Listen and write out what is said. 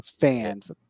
fans